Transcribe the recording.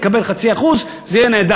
עורך-הדין באמת יקבל 0.5%. זה יהיה נהדר,